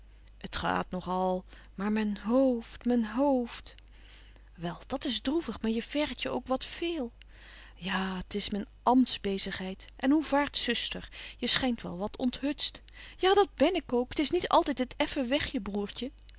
t gaat nog al maar men hoofd men hoofd wel dat is droevig maar je vergt je ook wat véél ja t is myn amtsbezigheid en hoe vaart zuster je schynt wel wat onthutst ja dat ben ik ook t is niet altyd het effen wegje broêrtje